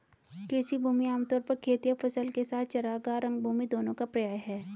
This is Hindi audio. कृषि भूमि आम तौर पर खेत या फसल के साथ चरागाह, रंगभूमि दोनों का पर्याय है